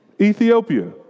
Ethiopia